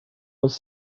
was